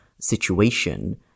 situation